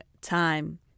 time